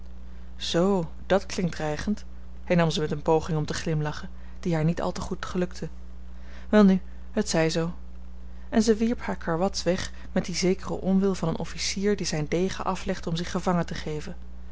zoo dat klinkt dreigend hernam ze met een poging om te glimlachen die haar niet al te goed gelukte welnu het zij zoo en zij wierp haar karwats weg met dien zekeren onwil van een officier die zijn degen aflegt om zich gevangen te geven